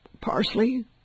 parsley